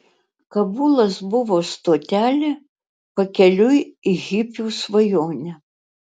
kabulas buvo stotelė pakeliui į hipių svajonę